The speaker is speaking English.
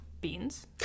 beans